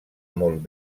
molt